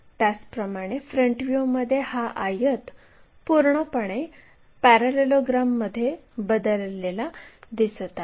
त्याचप्रमाणे फ्रंट व्ह्यूमध्ये हा आयत पूर्णपणे पॅरालेलोग्रॅम मध्ये बदललेला दिसत आहे